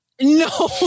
no